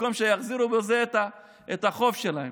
במקום שיחזירו בזה את החוב שלהם.